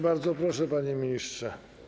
Bardzo proszę, panie ministrze.